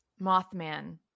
Mothman